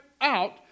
out